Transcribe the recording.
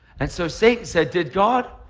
and so satan said did god?